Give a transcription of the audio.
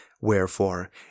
Wherefore